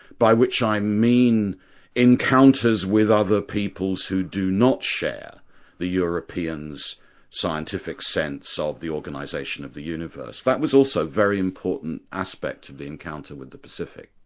by which i mean encounters with other peoples who do not share the europeans' scientific sense of the organisation of the universe. that was also a very important aspect of the encounter with the pacific.